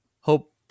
hope